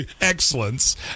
excellence